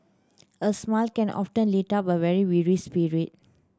a smile can often lift up a weary spirit